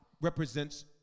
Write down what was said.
represents